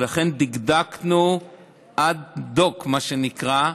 לכן דקדקנו עד דוק, מה שנקרא.